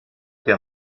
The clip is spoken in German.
der